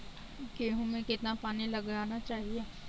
गेहूँ में कितना पानी लगाना चाहिए?